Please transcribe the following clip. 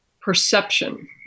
perception